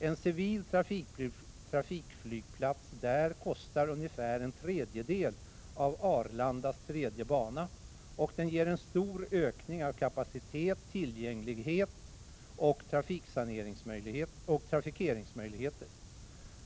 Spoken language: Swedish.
En civil trafikflygplats där kostar ungefär en tredjedel av Arlandas tredje bana, och den ger en stor ökning i kapacitet, tillgänglighet och trafikeringsmöjligheter.